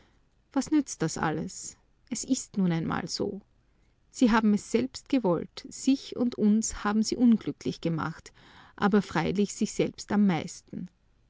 was nützt das alles es ist nun einmal so sie haben es selbst gewollt sich und uns haben sie unglücklich gemacht aber freilich sich selbst am meisten